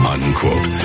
Unquote